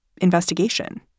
investigation